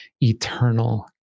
eternal